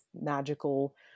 magical